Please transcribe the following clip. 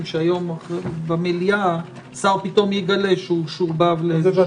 שהיום במליאה שר פתאום יגלה שהוא בפנים.